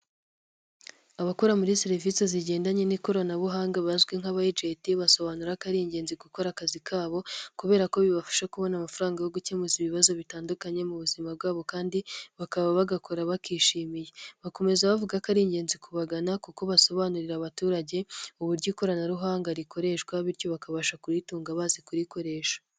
Abakora muri serivisi zigendanye n'ikoranabuhanga bazwi nk'abayegenti, basobanura ko ari ingenzi gukora akazi kabo kubera ko bibafasha kubona amafaranga yo gukemura ibibazo bitandukanye mu buzima bwabo kandi bakaba bagakora bakishimiye. Bakomeza bavuga ko ari ingenzi kubagana kuko basobanurira abaturage uburyo ikoranabuhanga rikoreshwa bityo bakabasha kuritunga bazi kurikoresha.